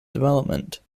development